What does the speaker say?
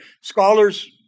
Scholars